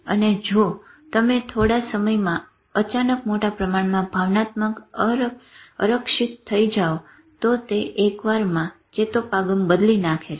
અને જો તમે થોડા સમયમાં અચાનક મોટા પ્રમાણમાં ભાવનાત્મક અરક્ષીત થઇ જાઓ તો તે એકવારમાં ચેતોપાગમ બદલી નાખે છે